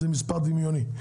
זה מספר דמיוני.